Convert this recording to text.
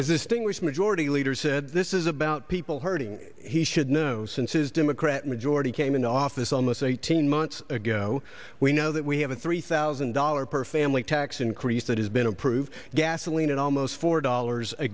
as this thing was majority leader said this is about people hurting he should know since his democrat majority came into office on this eighteen months ago we know that we have a three thousand dollars per family tax increase that has been approved gasoline and almost four dollars a